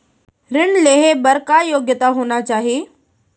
ऋण लेहे बर का योग्यता होना चाही?